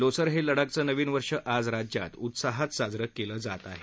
लोसर हे लडाखचं नविन वर्ष आज राज्यात उत्साहात साजरं केलं गेलं